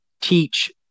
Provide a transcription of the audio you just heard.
teach